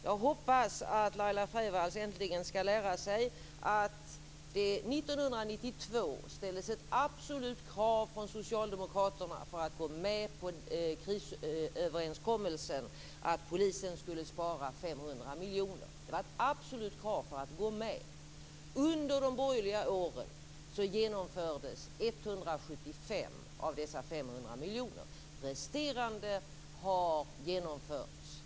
Jag hoppas att Laila Freivalds äntligen ska lära sig att det 1992 ställdes ett absolut krav från socialdemokraterna för att gå med på krisöverenskommelsen att polisen skulle spara 500 miljoner. Det var ett absolut krav för att gå med. Under de borgerliga åren genomfördes besparingar motsvarande 175 av dessa 500 miljoner.